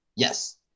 Yes